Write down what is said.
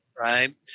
Right